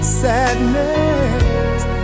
sadness